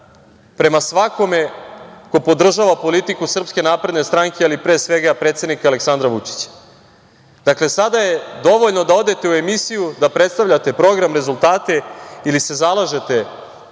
prema svakome ko podržava politiku Srpske napredne stranke, ali pre svega, predsednika Aleksandra Vučića. Dakle, sada je dovoljno da odete u emisiju da predstavljate program rezultate, ili se zalažete